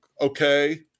okay